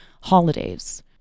holidays